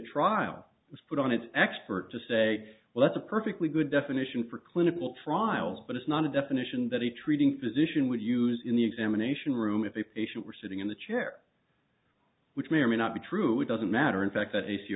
trial was put on its expert to say well that's a perfectly good definition for clinical trials but it's not a definition that a treating physician would use in the examination room if a patient were sitting in the chair which may or may not be true doesn't matter in fact that